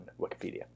Wikipedia